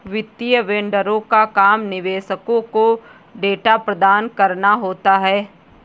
वित्तीय वेंडरों का काम निवेशकों को डेटा प्रदान कराना होता है